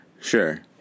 sure